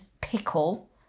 pickle